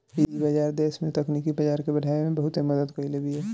इ बाजार देस में तकनीकी बाजार के बढ़ावे में बहुते मदद कईले बिया